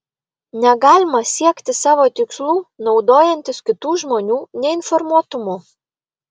negalima siekti savo tikslų naudojantis kitų žmonių neinformuotumu